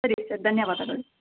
ಸರಿ ಸರ್ ದನ್ಯವಾದಗಳು